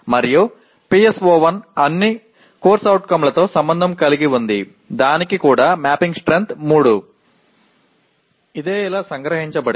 மற்றும் PSO1 அனைத்து CO களுடன் தொடர்புடையது அந்த அளவிற்கு இதன் கோப்பிட்ட வலிமையும் 3 ஆகும்